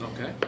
Okay